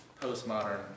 postmodern